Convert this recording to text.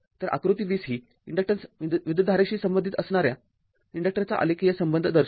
तर आकृती २० ही इन्डक्टन्स विद्युतधारेशी संबंधित असणाऱ्या इन्डक्टरचा आलेखीय संबंध दर्शविते